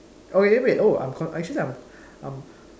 oh eh wait oh I'm co~ actually I'm I'm